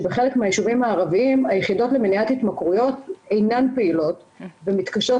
שבחלק מהיישובים הערביים היחידות למניעת התמכרויות אינן פעילות ומתקשות